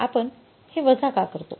आपण हे वजा का करतो